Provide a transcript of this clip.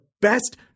best